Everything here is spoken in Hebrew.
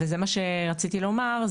וזה מה שרציתי לומר,